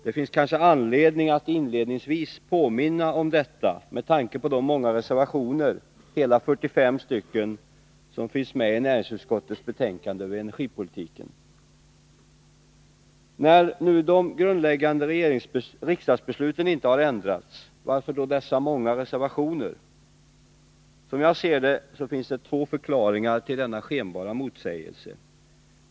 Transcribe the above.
Det finns kanske anledning att inledningsvis påminna om detta förhållande, med tanke på de många reservationer — hela 45 stycken — som knutits till näringsutskottets betänkande om energipolitiken. När de grundläggande riksdagsbesluten inte har ändrats undrar jag hur det kan fogas så många reservationer till betänkandet. Som jag ser det finns det två förklaringar till denna skenbara motsägelse.